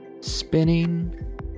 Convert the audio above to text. Spinning